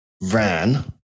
ran